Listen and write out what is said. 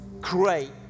great